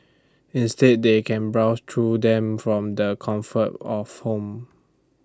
instead they can browse through them from the comfort of home